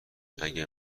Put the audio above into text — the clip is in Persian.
اگه